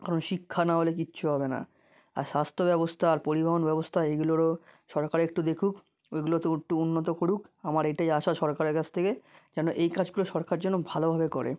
কারণ শিক্ষা না হলে কিছু হবে না আর স্বাস্থ্য ব্যবস্থা আর পরিবহণ ব্যবস্থা এইগুলোরও সরকার একটু দেখুক এইগুলোতেও একটু উন্নত করুক আমার এটাই আশা সরকারের কাছ থেকে যেন এই কাজগুলো সরকার যেন ভালোভাবে করে